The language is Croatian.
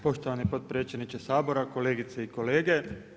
Poštovani potpredsjedniče Sabora, kolegice i kolege.